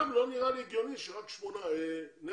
גם לא נראה לי שמדובר רק בשמונה אנשים.